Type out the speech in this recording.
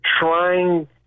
trying